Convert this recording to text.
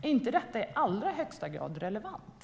Är inte detta i allra högsta grad relevant?